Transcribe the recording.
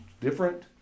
different